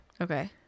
Okay